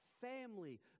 family